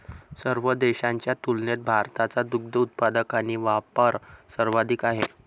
सर्व देशांच्या तुलनेत भारताचा दुग्ध उत्पादन आणि वापर सर्वाधिक आहे